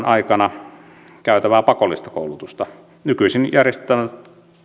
aikana käytävää pakollista koulutusta nykyisin järjestettävä